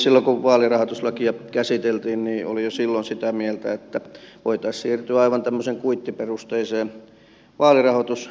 silloin kun vaalirahoituslakia käsiteltiin niin olin jo silloin sitä mieltä että voitaisiin siirtyä aivan tämmöiseen kuittiperusteiseen vaalirahoitusilmoitukseen